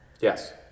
Yes